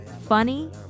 funny